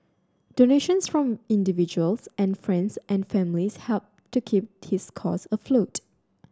donations from individuals and friends and family helped to keep his cause afloat